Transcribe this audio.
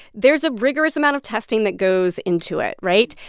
there is a rigorous amount of testing that goes into it. right?